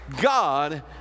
God